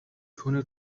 түүний